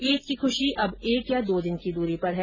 ईद की खुशी अब एक या दो दिन की दूरी पर है